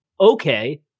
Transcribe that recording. okay